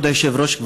כבוד היושב-ראש,